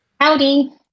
Howdy